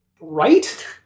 Right